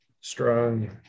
strong